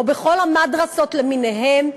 או בכל המַדְרָסות למיניהן,